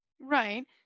Right